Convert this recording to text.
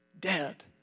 dead